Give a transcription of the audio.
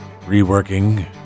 reworking